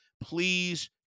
please